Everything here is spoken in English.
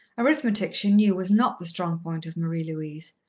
arithmetic, she knew, was not the strong point of marie-louise,